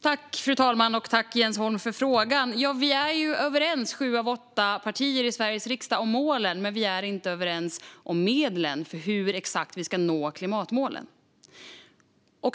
Fru talman! Tack, Jens Holm, för frågan! Sju av åtta partier i Sveriges riksdag är överens om målen, men vi är inte överens om medlen för hur vi exakt ska nå klimatmålen.